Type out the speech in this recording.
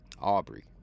Aubrey